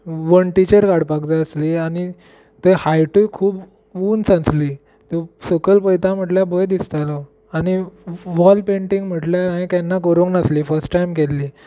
वण्टिचेर काडपाक जाय आसली आनी थंय हायटुय खूब उंच आसली सकयल पळयता म्हटल्यार भंय दिसतालो आनी वॉल पेंटिंग म्हटल्यार हाये केन्ना कोरुूंक नासली फर्स्ट टायम केल्ली